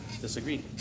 disagreed